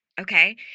okay